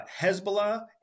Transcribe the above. Hezbollah